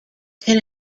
can